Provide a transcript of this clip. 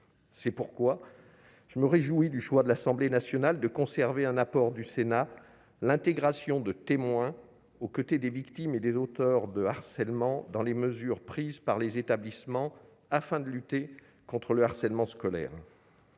C'est pourquoi je me réjouis du choix de l'Assemblée nationale de conserver un apport du Sénat : l'intégration des témoins, aux côtés des victimes et des auteurs de harcèlement, dans les mesures prises par les établissements, afin de lutter contre le harcèlement scolaire.